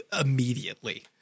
immediately